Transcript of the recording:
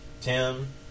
Tim